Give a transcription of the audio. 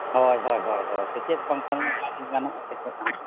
ᱦᱚᱭ ᱦᱚᱭ ᱦᱚᱭ ᱥᱮᱪᱮᱫ ᱜᱮ ᱜᱟᱱᱚᱜᱼᱟ ᱥᱮᱪᱮᱫᱦᱚᱸ